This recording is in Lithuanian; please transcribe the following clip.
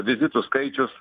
vizitų skaičius